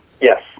Yes